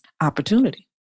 opportunity